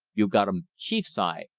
you gottum chief's eye,